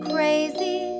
Crazy